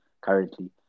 currently